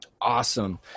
Awesome